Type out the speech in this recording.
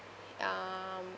um